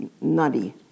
nutty